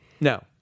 No